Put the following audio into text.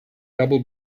double